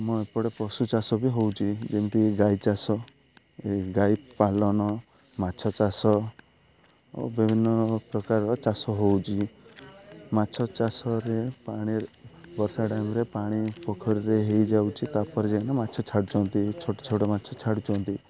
ମୁଁ ଏପଟେ ପଶୁଚାଷ ବି ହେଉଛି ଯେମିତି ଗାଈ ଚାଷ ଏ ଗାଈ ପାଲନ ମାଛ ଚାଷ ଓ ବିଭିନ୍ନ ପ୍ରକାରର ଚାଷ ହେଉଛି ମାଛ ଚାଷରେ ପାଣି ବର୍ଷା ଟାଇମ୍ରେ ପାଣି ପୋଖରୀରେ ହୋଇଯାଉଛି ତାପରେ ଯାଇକି ମାଛ ଛାଡ଼ୁଛନ୍ତି ଛୋଟ ଛୋଟ ମାଛ ଛାଡ଼ୁଛନ୍ତି